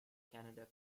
canada